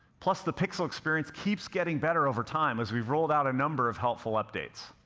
plus, the pixel experience keeps getting better over time as we've rolled out a number of helpful updates.